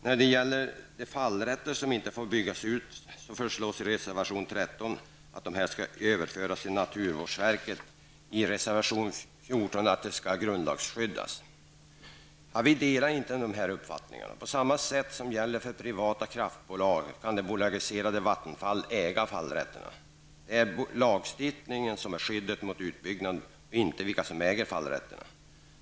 När det gäller de fallrätter som inte får byggas ut föreslås i reservation 13 att de skall överföras till naturvårdsverket, och i reservation 14 att de skall grundlagsskyddas. Vi delar inte dessa uppfattningar. På samma sätt som gäller för privata kraftbolag kan det bolagiserade Vattenfall äga fallrätterna. Det är lagstiftningen som är skyddet mot utbyggnad, inte vilka som äger fallrätterna.